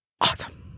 awesome